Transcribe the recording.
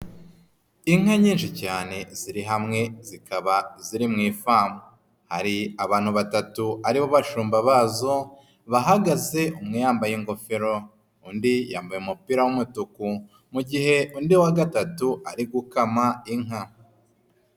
Inka nyinshi cyane ziri hamwe zikaba ziri mu ifamu, hari abantu batatu aribo bashumba bazo bahagaze, umwe yambaye ingofero, undi yambaye umupira w'umutuku, mugihe undi wa gatatu ari gukama inka.